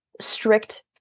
strict